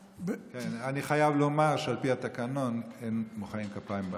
אני חייב לומר שעל פי התקנון אין מוחאים כפיים במליאה.